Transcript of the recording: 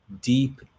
deep